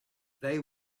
they